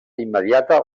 immediata